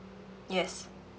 yes